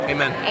Amen